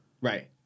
Right